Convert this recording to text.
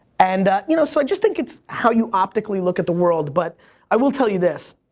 and you know so, i just think it's how you optically look at the world, but i will tell you this,